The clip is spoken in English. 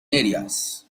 areas